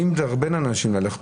אני בין האנשים האלה.